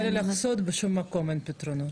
אני אגלה לך סוד, בשום מקום אין פתרונות.